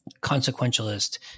consequentialist